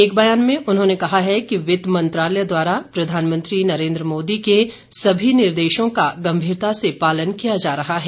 एक बयान में उन्होंने कहा है कि वित्त मंत्रालय द्वारा प्रधानमंत्री नरेन्द्र मोदी के सभी निर्देशो का गम्भीरता से पालन किया जा रहा है